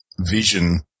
vision